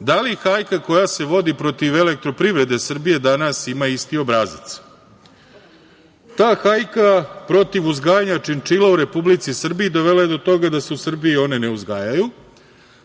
Da li hajka koja se vodi protiv elektroprivrede Srbija danas ima isti obrazac? Ta hajka protiv uzgajanja činčila u Republici Srbiji dovela je do toga da se u Srbiji one ne uzgajaju,